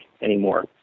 anymore